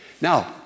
Now